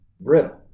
brittle